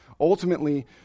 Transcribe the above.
Ultimately